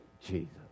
Jesus